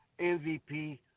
MVP